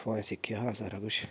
उत्थुआं ई सिक्खेआ हा सारा कुछ